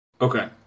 Okay